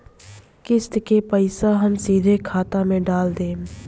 किस्त के पईसा हम सीधे खाता में डाल देम?